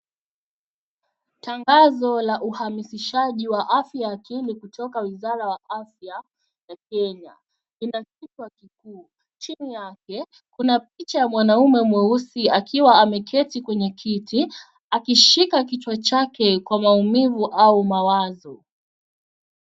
Tangazo la uhamishishaji wa afya ya akili kutoka wizara wa afya ya Kenya, kina sifa kikuu. Chini yake kuna picha ya mwanaume mweusi akiwa ameketi kwenye kiti akishika kichwa chake kwa maumivu au mawazo.